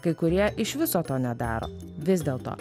kai kurie iš viso to nedaro vis dėlto